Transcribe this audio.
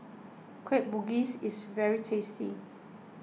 Kueh Bugis is very tasty